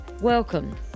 Welcome